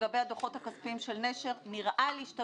לגבי הדוחות הכספיים של נשר נראה לי שאתה